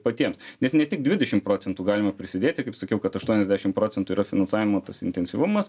patiems nes ne tik dvidešim procentų galima prisidėti kaip sakiau kad aštuoniasdešim procentų yra finansavimo intensyvumas